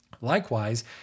Likewise